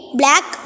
black